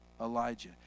Elijah